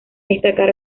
destacar